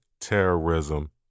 terrorism